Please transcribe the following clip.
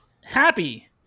Happy